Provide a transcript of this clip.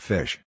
Fish